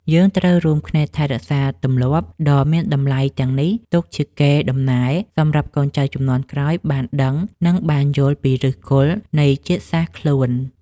យើងត្រូវរួមគ្នាថែរក្សាទម្លាប់ដ៏មានតម្លៃទាំងនេះទុកជាកេរដំណែលសម្រាប់កូនចៅជំនាន់ក្រោយបានដឹង និងបានយល់ពីឫសគល់នៃជាតិសាសន៍ខ្លួន។